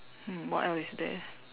hmm what else is there